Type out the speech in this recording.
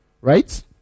Right